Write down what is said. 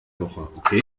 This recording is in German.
woche